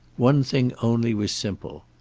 one thing only was simple.